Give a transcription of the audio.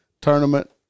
tournament